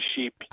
sheep